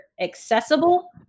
accessible